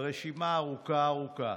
הרשימה ארוכה ארוכה.